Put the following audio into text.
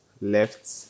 left